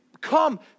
come